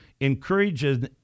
encourages